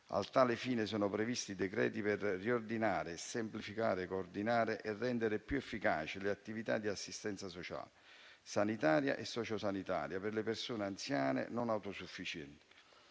A tal fine sono previsti decreti per riordinare, semplificare, coordinare e rendere più efficaci le attività di assistenza sociale, sanitaria e sociosanitaria per le persone anziane e non autosufficienti.